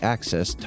Access